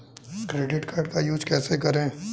Credit card का use कैसे करें?